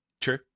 True